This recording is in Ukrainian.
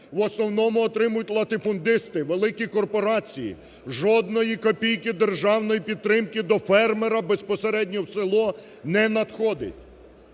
В основному отримують латифундисти, великі корпорації. Жодної копійки державної підтримки до фермера безпосередньо в село не надходить.